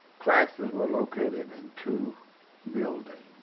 classes were located in and two buildings,